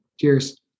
Cheers